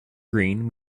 green